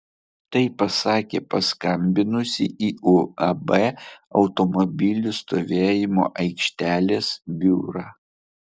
tai pasakė paskambinusi į uab automobilių stovėjimo aikštelės biurą